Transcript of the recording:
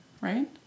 Right